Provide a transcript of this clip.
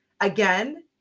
Again